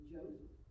Joseph